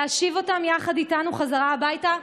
להשיב אותם בחזרה הביתה,